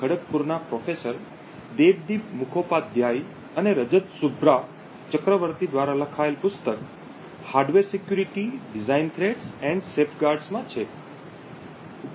ખડગપુરના professor Debdeep Mukhopadhyay અને રજત સુભ્રા ચક્રવર્તી દ્વારા લખાયેલ પુસ્તક hardware security design treats and safeguards Security Design Treats and Safeguards માં છે